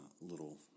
little